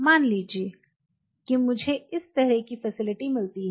मान लीजिए कि मुझे इस तरह की फैसिलिटी मिलती है